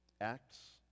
acts